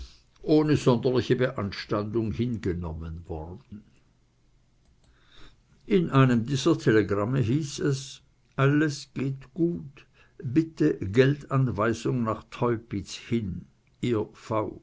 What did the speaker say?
ohne sonderliche beanstandung hingenommen worden in einem dieser telegramme hieß es alles geht gut bitte geldanweisung nach teupitz hin ihr v